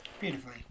Beautifully